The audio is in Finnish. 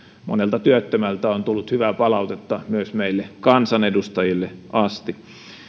monelta työttömältä on tullut hyvää palautetta myös meille kansanedustajille asti